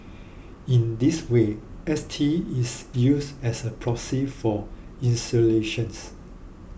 in this way S T is used as a proxy for insolations